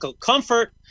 comfort